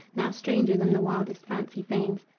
now stranger than the wildest fancy feigns,